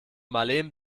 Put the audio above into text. marleen